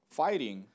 fighting